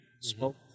smoke